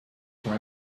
for